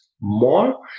more